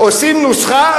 עושים נוסחה,